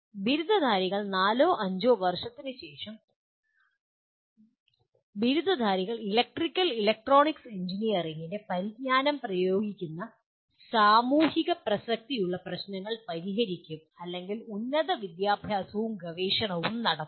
ബിരുദധാരികൾ നാലോ അഞ്ചോ വർഷത്തിനുശേഷം ബിരുദധാരികൾ ഇലക്ട്രിക്കൽ ഇലക്ട്രോണിക്സ് എഞ്ചിനീയറിംഗിന്റെ പരിജ്ഞാനം പ്രയോഗിക്കുന്ന സാമൂഹിക പ്രസക്തിയുള്ള പ്രശ്നങ്ങൾ പരിഹരിക്കും അല്ലെങ്കിൽ ഉന്നത വിദ്യാഭ്യാസവും ഗവേഷണവും നടത്തും